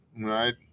right